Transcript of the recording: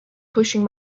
pushing